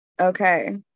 Okay